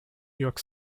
york